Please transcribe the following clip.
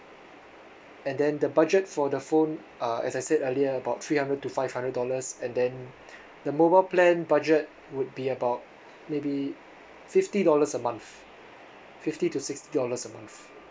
and then the budget for the phone uh as I said earlier about three hundred to five hundred dollars and then the mobile plan budget would be about maybe fifty dollars a month fifty to sixty dollars a month